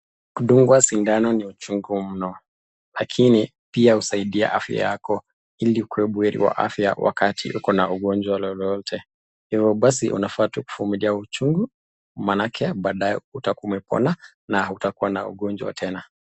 Kudungwa sindano ni uchungu mno lakini pia husaidia afya yako ili ukuwe buheri wa afya wakati ukona ugonjwa lolote. Hivo basi unafaa tu kuvumilia uchungu manake baadaye utakuwa umepona na hautakuwa na ugonjwa tena.